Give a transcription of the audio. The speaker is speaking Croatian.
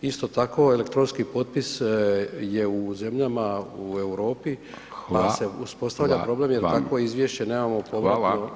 Isto tako, elektronski potpis je u zemljama u Europi [[Upadica: Hvala vam]] da se uspostavlja problem jer takvo izvješće nemamo [[Upadica: Hvala]] [[Govornik se ne razumije]] u RH.